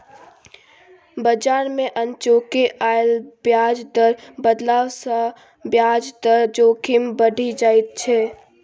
बजार मे अनचोके आयल ब्याज दर बदलाव सँ ब्याज दर जोखिम बढ़ि जाइत छै